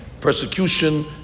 persecution